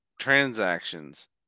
Transactions